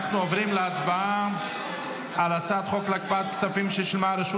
אנחנו עוברים להצבעה על הצעת חוק להקפאת כספים ששלמה הרשות